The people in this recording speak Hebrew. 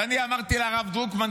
ואני אמרתי לרב דרוקמן,